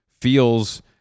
feels